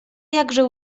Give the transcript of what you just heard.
jakże